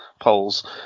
polls